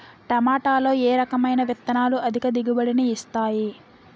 టమాటాలో ఏ రకమైన విత్తనాలు అధిక దిగుబడిని ఇస్తాయి